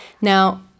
Now